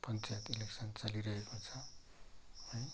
panchayat election चलिरहेको छ है